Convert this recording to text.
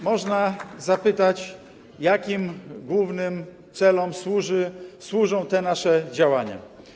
Można zapytać: Jakim głównym celom służą te nasze działania?